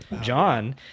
John